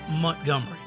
montgomery